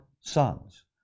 sons